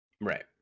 right